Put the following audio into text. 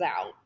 out